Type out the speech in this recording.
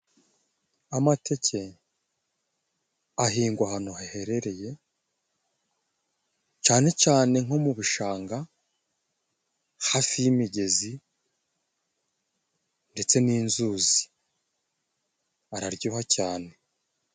Amateke ahingwa ahantu hahehereye, cyane cyane nko mu bishanga, hafi y'imigezi ndetse n'inzuzi . Araryoha cyane.